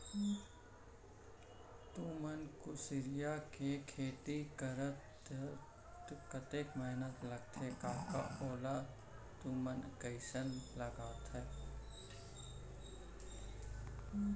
तुमन कुसियार के खेती करथा तौ कतका मेहनत लगथे कका ओला तुमन कइसना लगाथा